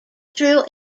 true